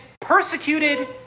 persecuted